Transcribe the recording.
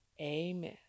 amen